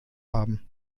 haben